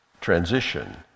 transition